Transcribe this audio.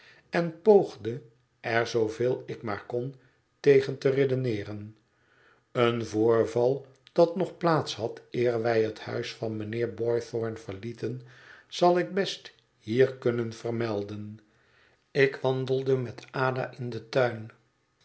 en poogde er zooveel ik maar kon tegen te redeneeren een voorval dat nog plaats had eer wij het huis van mijnheer boythorn verlieten zal ik best hier kunnen vermelden ik wandelde met ada in den tuin